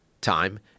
time